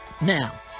now